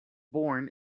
born